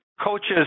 coaches